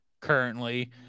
currently